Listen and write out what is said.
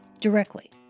directly